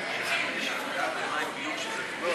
עוסק שאינו